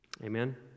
Amen